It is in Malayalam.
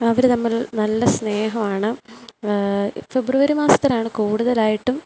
അവർ തമ്മിൽ നല്ല സ്നേഹമാണ് ഫെബ്രുവരി മാസത്തിലാണ് കൂടുതലായിട്ടും